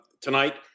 tonight